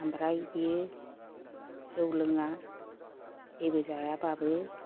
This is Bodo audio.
ओमफ्राय बेयो जौ लोङा जेबो जायाबाबो